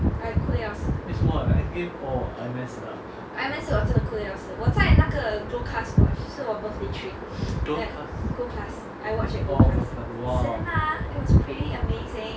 为什么 end game oh iron man 死 oh glow class oh !wah!